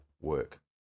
work